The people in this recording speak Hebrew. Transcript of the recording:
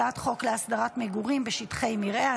הצעת חוק להסדרת מגורים בשטחי מרעה,